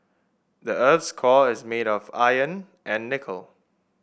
the earth's core is made of iron and nickel